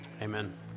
Amen